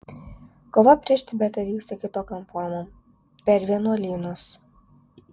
kova prieš tibetą vyksta kitokiom formom per vienuolynus